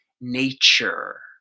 nature